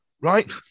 right